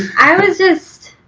i was just,